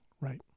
Right